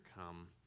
come